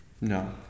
No